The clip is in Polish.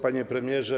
Panie Premierze!